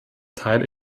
teil